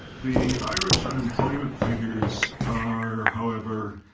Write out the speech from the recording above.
the irish unemployment figures are, however,